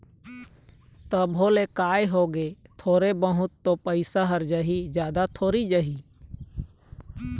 तभो ले काय होगे थोरे बहुत तो पइसा ह जाही जादा थोरी जाही